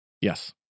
Yes